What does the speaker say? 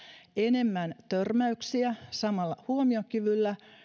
enemmän törmäyksiä samalla huomiokyvyllä